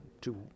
two